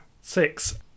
Six